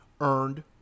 earned